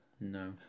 no